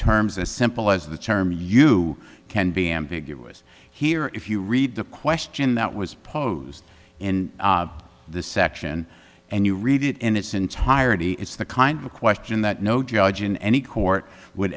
terms as simple as the term you can be ambiguous here if you read the question that was posed in the section and you read it in its entirety it's the kind of question that no judge in any court would